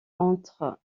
entre